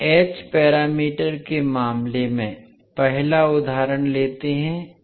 H parameter के मामले में पहला उदाहरण लेते हैं